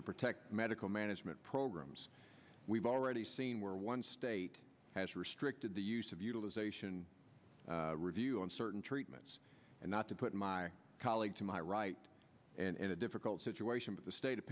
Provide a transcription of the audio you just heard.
to protect medical management programs we've already seen where one state has restricted the use of utilization review on certain treatments and not to put my colleague to my right and in a difficult situation but the state of